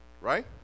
Right